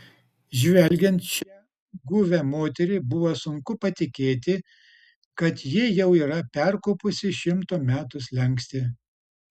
žvelgiant šią guvią moterį buvo sunku patikėti kad ji jau yra perkopusi šimto metų slenkstį